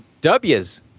W's